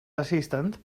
assistant